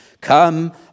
come